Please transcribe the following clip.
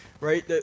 right